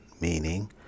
meaning